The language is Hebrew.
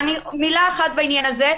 מילה אחת בעניין הזה.